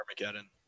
Armageddon